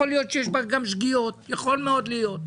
יכול להיות שיש בה גם שגיאות, יכול מאוד להיות.